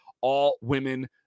all-women